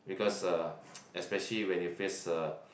because uh especially when you face uh